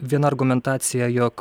viena argumentacija jog